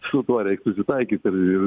su tuo reik susitaikyt ir ir